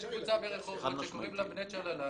יש קבוצה ברחובות שקוראים לה בני יצ'אלאל,